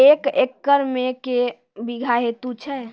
एक एकरऽ मे के बीघा हेतु छै?